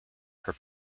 her